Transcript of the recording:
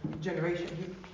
generation